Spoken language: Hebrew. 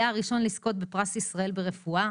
היה הראשון לזכות בפרס ישראל ברפואה,